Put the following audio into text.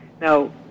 Now